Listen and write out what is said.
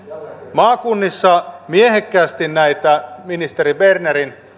maakunnissa näitä ministeri bernerin